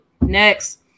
Next